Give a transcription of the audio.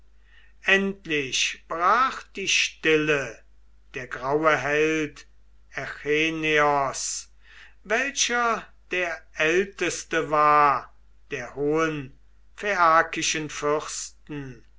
endlich brach die stille der graue held echeneos welcher der älteste war der hohen phaiakischen fürsten